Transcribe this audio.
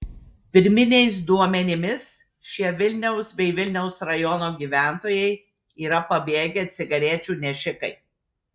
pirminiais duomenimis šie vilniaus bei vilniaus rajono gyventojai yra pabėgę cigarečių nešikai